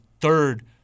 third